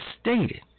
stated